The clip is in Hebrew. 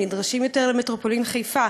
הם נדרשים יותר למטרופולין חיפה.